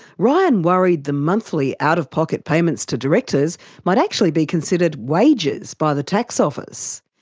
ryan worried the monthly out-of-pocket payments to directors might actually be considered wages by the tax office.